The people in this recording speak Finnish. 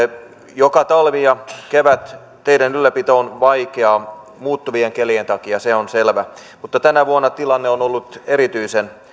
joka talvi ja kevät teiden ylläpito on vaikeaa muuttuvien kelien takia se on selvä mutta tänä vuonna tilanne on ollut erityisen